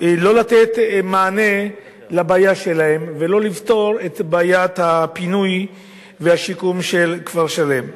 לא לתת מענה לבעיה שלהם ולא לפתור את בעיית הפינוי והשיקום של כפר-שלם.